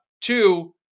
Two